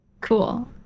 Cool